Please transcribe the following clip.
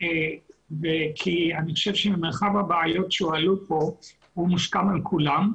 כי אני חושב שבמרחב הבעיות שהעלו פה הוא מוסכם על כולם.